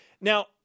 Now